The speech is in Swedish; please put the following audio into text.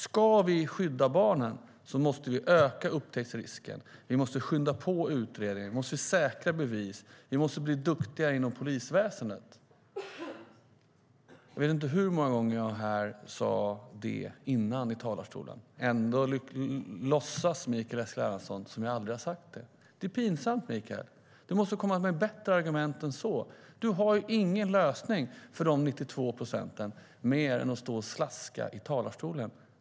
Ska vi skydda barnen måste vi öka upptäcktsrisken, skynda på utredningarna och säkra bevis. Vi måste bli duktigare inom polisväsendet. Jag vet inte hur många gånger jag sa detta i talarstolen tidigare, och ändå låtsas Mikael Eskilandersson som att jag aldrig har sagt det. Det är pinsamt, Mikael. Du måste komma med bättre argument än så. Du har ingen lösning för dessa 92 procent mer än att stå och slaska i talarstolen.